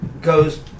goes